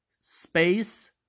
space